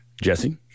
Jesse